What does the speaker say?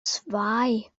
zwei